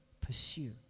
pursue